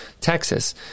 Texas